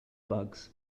bugs